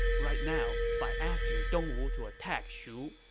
right now, by asking dongwu to attack shu,